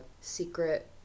secret